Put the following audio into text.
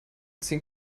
zehn